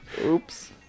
Oops